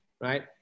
right